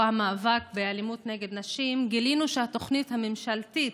המאבק באלימות נגד נשים גילינו שהתוכנית הממשלתית